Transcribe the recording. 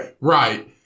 Right